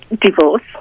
divorce